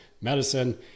medicine